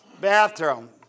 bathroom